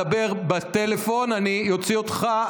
אם אתה מדבר בטלפון בפעם הבאה, אני אוציא אותך.